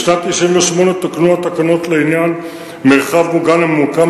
בשנת 1998 תוקנו התקנות לעניין מרחב מוגן הממוקם